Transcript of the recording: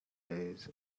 days